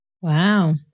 wow